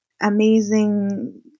amazing